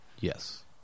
Yes